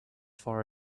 far